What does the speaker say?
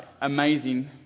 amazing